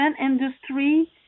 industry